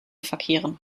verkehren